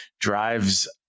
drives